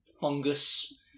fungus